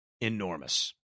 enormous